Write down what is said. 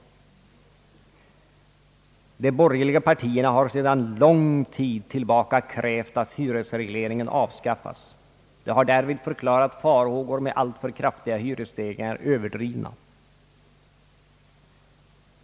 De borgerliga partierna har sedan lång tid tillbaka krävt att hyresregleringen avskaffas. De har därvid förklarat farhågor med alltför kraftiga hyresstegringar överdrivna.